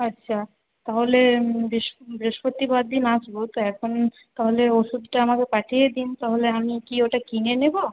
আচ্ছা তাহলে বৃহস্পতিবার দিন আসবো তো এখন তাহলে ওষুধটা আমাকে পাঠিয়ে দিন তাহলে আমি কি ওটা কিনে নেবো